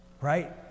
right